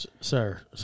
Sir